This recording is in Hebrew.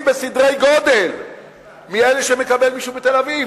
בסדרי-גודל מאלה שמקבל מישהו מתל-אביב,